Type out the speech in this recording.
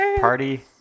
party